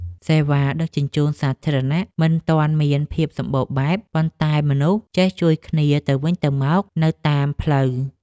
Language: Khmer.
សេវាដឹកជញ្ជូនសាធារណៈមិនទាន់មានភាពសម្បូរបែប ប៉ុន្តែមនុស្សចេះជួយគ្នាទៅវិញទៅមកនៅតាមផ្លូវ។